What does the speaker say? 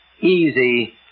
easy